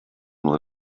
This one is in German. nur